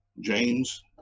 James